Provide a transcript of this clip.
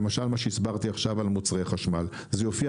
למשל מה שהסברתי עכשיו על מוצרי חשמל זה יופיע